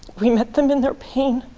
we met them in their pain,